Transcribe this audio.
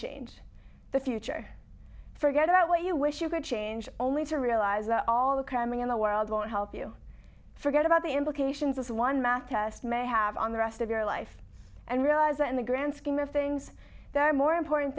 change the future forget about what you wish you could change only to realize that all the cramming in the world won't help you forget about the implications of one math test may have on the rest of your life and realize that in the grand scheme of things that are more important